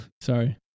Sorry